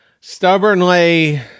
stubbornly